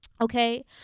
okay